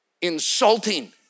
Insulting